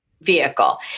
Vehicle